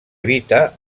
habita